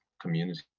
community